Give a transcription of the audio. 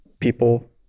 people